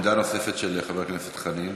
עמדה נוספת, של חבר הכנסת חנין,